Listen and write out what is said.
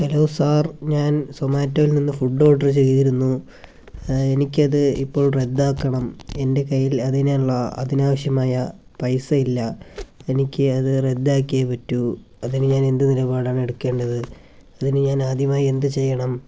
hello sir ഞാൻ സൊമാറ്റോയിൽ നിന്ന് ഫുഡ് ഓഡർ ചെയ്തിരുന്നു എനിക്കത് ഇപ്പോൾ റദ്ദാക്കണം എൻ്റെ കയ്യിൽ അതിനുള്ള അതിനാവശ്യമായ പൈസയില്ല എനിക്ക് അതു റദ്ദാക്കിയെ പറ്റു അതിന് ഞാനെന്തു നിലപാടാണെടുക്കേണ്ടത് അതിന് ഞാനാദ്യമായി എന്തു ചെയ്യണം